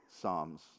psalms